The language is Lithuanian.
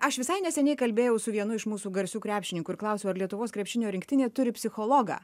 aš visai neseniai kalbėjau su vienu iš mūsų garsių krepšininkų ir klausiau ar lietuvos krepšinio rinktinė turi psichologą